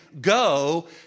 Go